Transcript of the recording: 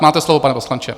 Máte slovo, pane poslanče.